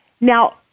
Now